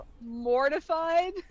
mortified